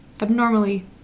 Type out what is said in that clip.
Abnormally